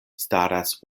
staras